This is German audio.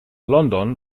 london